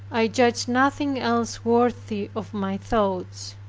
i judged nothing else worthy of my thoughts.